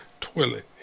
toilet